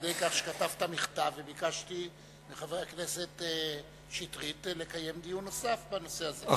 בכך שכתבת מכתב וביקשתי מחבר הכנסת שטרית לקיים דיון נוסף בנושא הזה.